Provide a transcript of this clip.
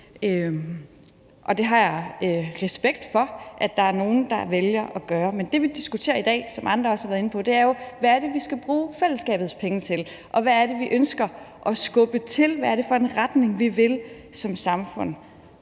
og det har jeg respekt for at der er nogle der vælger at gøre. Men det, vi diskuterer i dag, og som andre også har været inde på, er jo, hvad det er, vi skal bruge fællesskabets penge til, og hvad det er, vi ønsker at skubbe til – hvad er det for en retning, vi vil i som samfund?